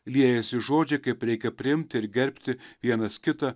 liejasi žodžiai kaip reikia priimti ir gerbti vienas kitą